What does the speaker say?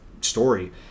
story